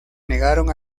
negaron